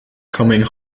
coming